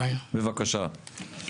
בבקשה.